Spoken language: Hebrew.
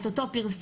את אותו פרסום,